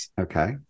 Okay